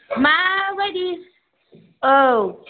माबायदि औ